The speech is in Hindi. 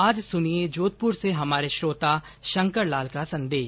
आज सुनिए जोधपुर से हमारे श्रोता शंकर लाल का संदेश